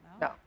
No